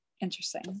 interesting